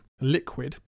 liquid